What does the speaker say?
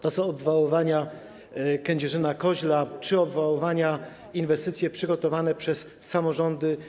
To są obwałowania Kędzierzyna-Koźla czy obwałowania w ramach inwestycji przygotowanych przez samorządy.